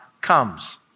comes